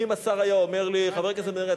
אם השר היה אומר לי: חבר הכנסת בן-ארי,